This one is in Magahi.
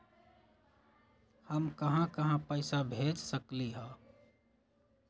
हम कहां कहां पैसा भेज सकली ह?